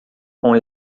com